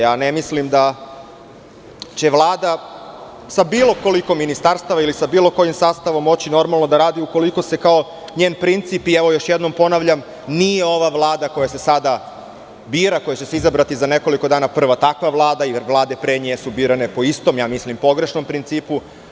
Ja ne mislim da će Vlada sa bilo koliko ministarstava ili sa bilo kojim sastavom moći normalno da radi, ukoliko se kao njen princip, i još jednom ponavljam, nije ova Vlada koja se sada bira, koja će se izabrati za nekoliko dana, prva takva Vlada, jer vlade pre nje su birane po istom, ja mislim pogrešnom principu.